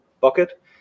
bucket